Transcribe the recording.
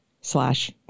slash